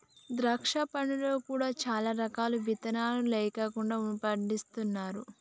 ద్రాక్ష పండ్లలో కూడా చాలా రకాలు విత్తులు లేకుండా కూడా పండిస్తున్నారు